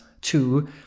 two